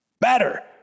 better